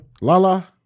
Lala